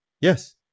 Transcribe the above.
yes